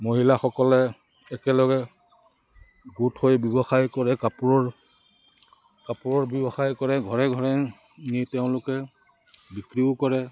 মহিলাসকলে একেলগে গোট হৈ ব্যৱসায় কৰে কাপোৰৰ কাপোৰৰ ব্যৱসায় কৰে ঘৰে ঘৰে নি তেওঁলোকে বিক্ৰীও কৰে